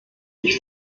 die